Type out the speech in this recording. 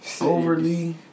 Overly